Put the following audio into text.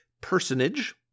personage